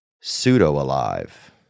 pseudo-alive